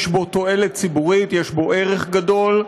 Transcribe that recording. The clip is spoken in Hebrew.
יש בו תועלת ציבורית, יש בו ערך גדול,